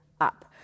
up